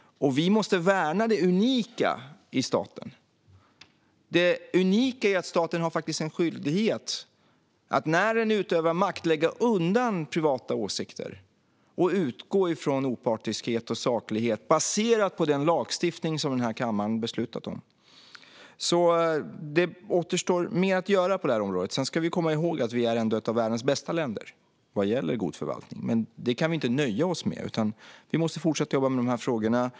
Vi måste värna det unika i staten: att staten faktiskt har en skyldighet att när den utövar makt lägga privata åsikter åt sidan och utgå från opartiskhet och saklighet, baserat på den lagstiftning som denna kammare beslutat om. Mer återstår alltså att göra på detta område. Vi ska dock komma ihåg att vi ändå är ett av världens bästa länder vad gäller god förvaltning. Men vi kan inte nöja oss med detta utan måste fortsätta att jobba med dessa frågor.